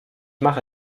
mache